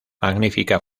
magnífica